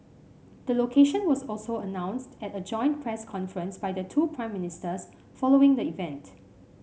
the location was also announced at a joint press conference by the two Prime Ministers following the event